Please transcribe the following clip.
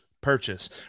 purchase